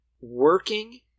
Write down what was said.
Working